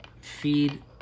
feed